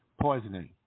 poisoning